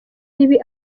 ibi